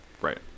right